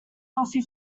wealthy